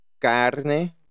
Carne